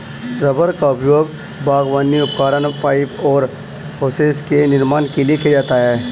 rubber का उपयोग बागवानी उपकरण, पाइप और होसेस के निर्माण के लिए किया जाता है